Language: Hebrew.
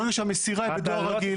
ברגע שהמסירה היא בדואר רגיל,